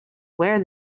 where